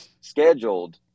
scheduled